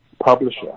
Publisher